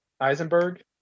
Eisenberg